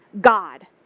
God